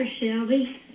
Shelby